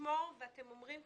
תימחק ובמקומה יבוא: